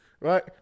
Right